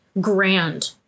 grand